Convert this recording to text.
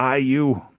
iu